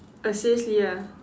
but seriously ya